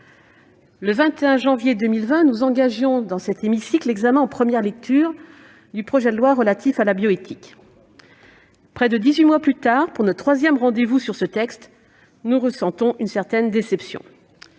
le 21 janvier 2020, nous engagions dans cet hémicycle l'examen en première lecture du projet de loi relatif à la bioéthique. Près de dix-huit mois plus tard, pour notre troisième rendez-vous sur ce texte, nous ressentons une certaine déception.